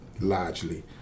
largely